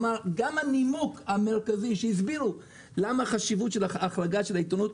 גם הנימוק המרכזי שהסבירו את החרגת העיתונות,